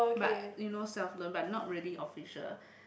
but you know self learn but not really official